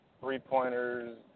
three-pointers